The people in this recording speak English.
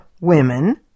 women